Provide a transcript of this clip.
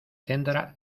centra